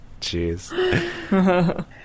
Jeez